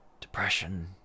depression